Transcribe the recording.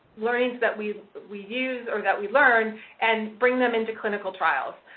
learnings that we we use, or that we learn and bring them into clinical trials.